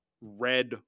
red